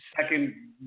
Second